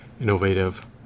innovative